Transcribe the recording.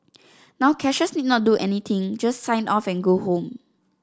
now cashiers need not do anything just sign off and go home